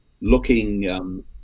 looking